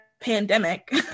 pandemic